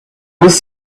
was